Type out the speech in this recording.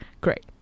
great